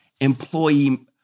employee